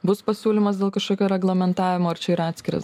bus pasiūlymas dėl kažkokio reglamentavimo ar čia ir atskiras